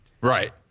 Right